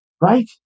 right